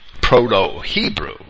proto-hebrew